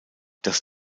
das